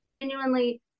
genuinely